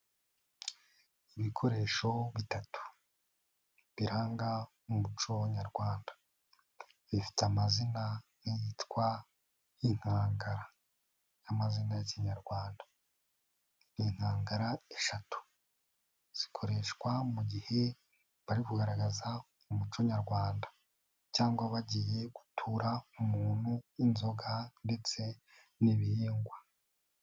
Ibikoresho bitatu biranga umuco Nyarwanda bifite amazina yitwa inkangara ni amazina y'ikinyarwanda. Ikangara eshatu zikoreshwa mu gihe bari kugaragaza umuco nyarwanda, cyangwa bagiye gutura umuntu w'inzoga ndetse n'ibihingwa.